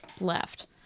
left